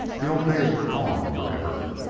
the old days were gone forever.